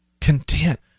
content